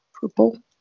purple